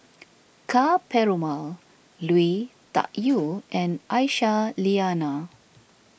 Ka Perumal Lui Tuck Yew and Aisyah Lyana